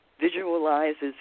Visualizes